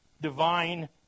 divine